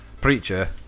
Preacher